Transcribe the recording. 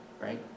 Right